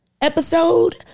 episode